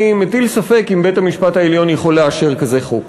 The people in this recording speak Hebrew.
אני מטיל ספק אם בית-המשפט העליון יכול לאשר כזה חוק.